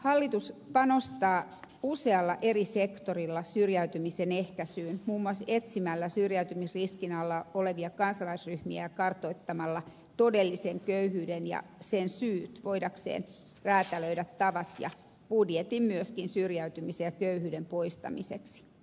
hallitus panostaa usealla eri sektorilla syrjäytymisen ehkäisyyn muun muassa etsimällä syrjäytymisriskin alla olevia kansalaisryhmiä ja kartoittamalla todellisen köyhyyden ja sen syyt voidakseen räätälöidä tavat ja budjetin myöskin syrjäytymisen ja köyhyyden poistamiseksi